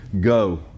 go